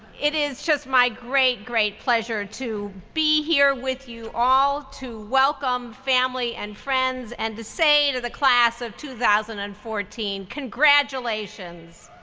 it is just my great, great pleasure to be here with you all, to welcome family and friends, and to say to the class of two thousand and fourteen, congratulations.